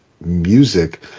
music